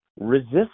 resist